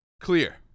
Clear